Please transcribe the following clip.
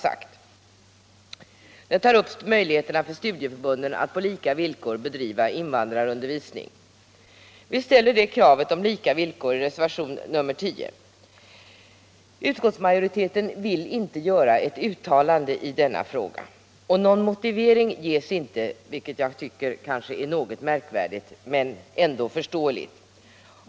Reservationen tar upp möjligheterna för studieförbunden att på lika villkor bedriva invandrarundervisning. Vi ställer detta krav om lika villkor i reservationen 10. Utskottsmajoriteten vill inte göra ett uttalande i denna fråga. Någon motivering ges inte — vilket jag tycker är något märkvärdigt men ändå förståeligt.